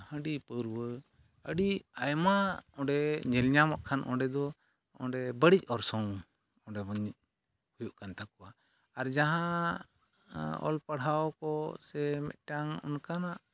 ᱦᱟᱺᱰᱤ ᱯᱟᱹᱨᱣᱟᱹ ᱟᱹᱰᱤ ᱟᱭᱢᱟ ᱚᱸᱰᱮ ᱧᱮᱞᱧᱟᱢᱚᱜ ᱠᱷᱟᱱ ᱚᱸᱰᱮ ᱫᱚ ᱚᱸᱰᱮ ᱵᱟᱹᱲᱤᱡ ᱚᱨᱥᱚᱝ ᱚᱸᱰᱮᱵᱚᱱ ᱦᱩᱭᱩᱜ ᱠᱟᱱ ᱛᱟᱠᱚᱣᱟ ᱟᱨ ᱡᱟᱦᱟᱸ ᱚᱞᱯᱟᱲᱦᱟᱣ ᱠᱚ ᱥᱮ ᱢᱤᱫᱴᱟᱝ ᱚᱱᱠᱟᱱᱟᱜ